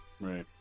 Right